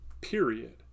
period